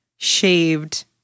Shaved